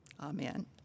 Amen